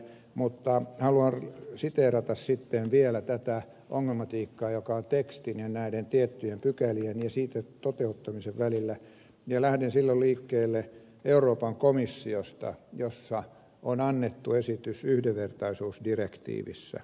mutta haluan siteerata sitten vielä tätä ongelmatiikkaa joka on tekstin ja näiden tiettyjen pykälien ja niiden toteuttamisen välillä ja lähden silloin liikkeelle euroopan komissiosta josta on annettu esitys yhdenvertaisuusdirektiivistä